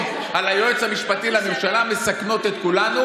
על היועץ המשפטי לממשלה מסכנות את כולנו.